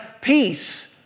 peace